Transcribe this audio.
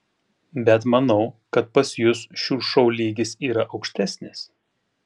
bet manau kad pas jus šių šou lygis yra aukštesnis